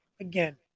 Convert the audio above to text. Again